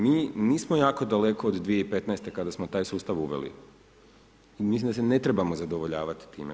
Mi nismo jako daleko od 2015. kada smo taj sustav uveli, mislim da se ne trebamo zadovoljavati time.